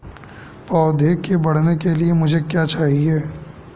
पौधे के बढ़ने के लिए मुझे क्या चाहिए?